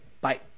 Bye